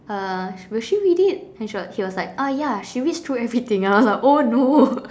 uh will she read it and she was he was like ah ya she reads through everything and I was like oh no